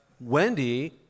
Wendy